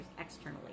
externally